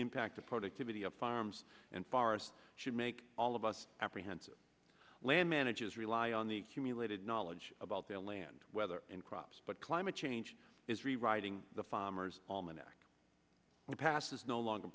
impact the productivity of farms and bars should make all of us apprehensive land managers rely on the cumulated knowledge about their land weather and crops but climate change is rewriting the farmers almanac the past is no longer